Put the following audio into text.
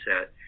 set